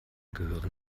gehören